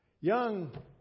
Young